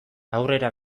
aurrera